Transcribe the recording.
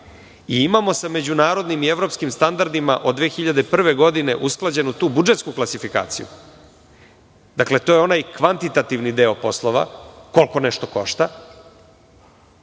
i imamo sa međunarodnim i evropskim standardima od 2001. godine usklađenu tu budžetsku klasifikaciju, dakle, to je onaj kvantitativni deo troškova, koliko nešto košta,